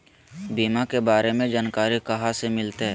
बीमा के बारे में जानकारी कहा से मिलते?